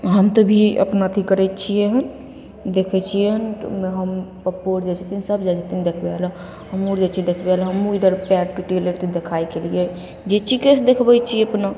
हम तऽ भी अपना अथी करै छिए हँ देखै छिए हँ पप्पो जाइ छथिन सभ जाइ छथिन देखबै ले हमहूँ जाइ छिए देखबै ले हमहूँ इधर पाएर टुटि गेलै तऽ देखाए छलिए जे छिकै देखबै छिए कोनो